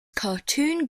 cartoons